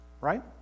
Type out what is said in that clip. Right